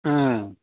ꯎꯝ